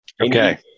Okay